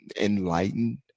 enlightened